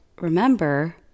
remember